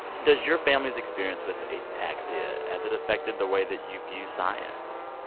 does your family's experience with ataxia has it affected the way that you view science?